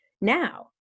now